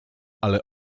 ale